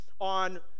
on